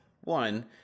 one